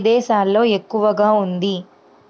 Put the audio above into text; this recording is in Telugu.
ఇదేశాల్లో ఎక్కువగా ఉంది